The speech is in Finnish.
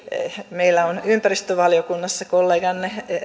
meillä on ympäristövaliokunnassa kolleganne